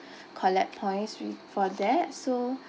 collect points wi~ for that so